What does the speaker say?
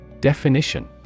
Definition